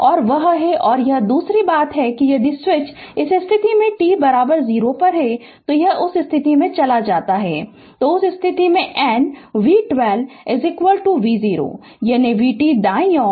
और वह है और दूसरी बात यह है कि यदि स्विच इस स्थिति से t 0 पर उस स्थिति में चला जाता है तो उस समय n v12 v0 यानी v t दाएँ और v0